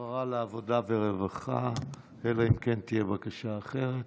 העברה לעבודה ורווחה, אלא אם כן תהיה הצעה אחרת.